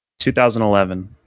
2011